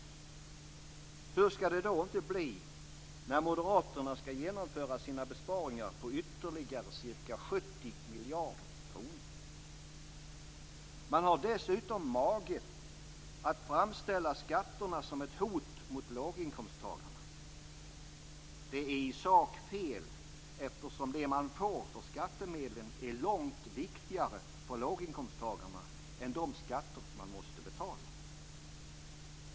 Hur skall det då inte bli när moderaterna skall genomföra sina besparingar på ytterligare 70 miljarder kronor? Man har dessutom mage att framställa skatterna som ett hot mot låginkomsttagarna. Det är i sak fel, eftersom det man får för skattemedlen är långt viktigare för låginkomsttagarna än de skatter man måste betala.